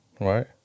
Right